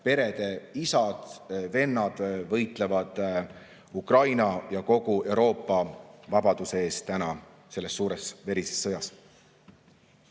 perede isad, vennad võitlevad Ukraina ja kogu Euroopa vabaduse eest selles suures verises sõjas.